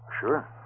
Sure